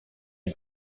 est